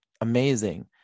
amazing